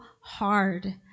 hard